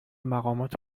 مقامات